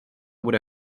bude